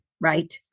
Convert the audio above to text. right